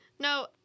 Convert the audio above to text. No